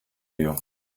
you